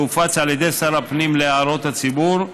שהופץ על ידי שר הפנים להערות הציבור,